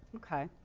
okay.